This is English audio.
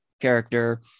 character